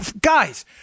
guys